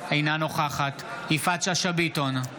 אינה נוכחת יפעת שאשא ביטון,